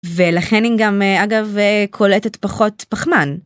ולכן היא גם אגב קולטת פחות פחמן.